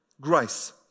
grace